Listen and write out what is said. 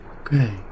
Okay